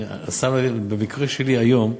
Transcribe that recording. במקרה שלי היום,